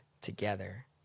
together